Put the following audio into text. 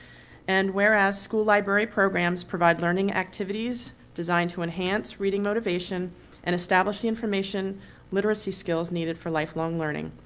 and whereas school library programs provide learning activities designed to enhance reading motivation and establish the information literacy skills needed for lifelong learning.